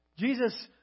Jesus